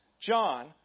John